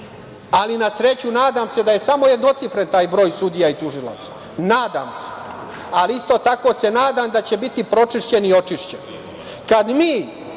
Na sreću, nadam se da je samo jednocifren taj broj sudija i tužilaca. Nadam se, ali isto tako se nadam da će biti pročišćeni i očišćeni. Kad